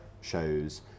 shows